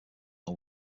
all